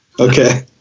okay